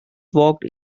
walked